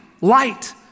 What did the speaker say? light